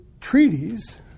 treaties